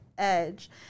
edge